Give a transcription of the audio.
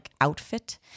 outfit